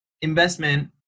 investment